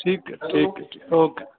ठीकु आहे ठीकु ओके